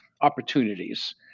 opportunities